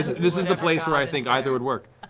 this is a place where i think either would work.